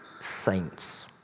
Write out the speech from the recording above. saints